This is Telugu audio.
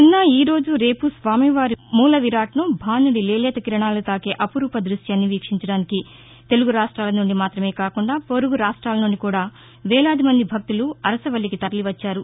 నిన్న ఈరోజు రేపు స్వామివారి మూలవిరాట్ను భానుడి లేలేత కిరణాలు తాకే అపురూప దృక్యాన్ని వీక్షించడానికి తెలుగు రాష్ట్రాల నుండి మాత్రమే కాకుండా పొరుగు రాష్ట్రాల నుండి కూడా వేలాది మంది భక్తులు అరసవల్లికి తరలి వచ్చారు